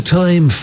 time